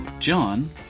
John